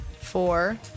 Four